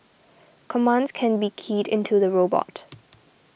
commands can be keyed into the robot